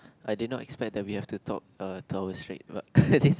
I did not expect that we have to talk err two hour straight but